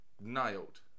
Nailed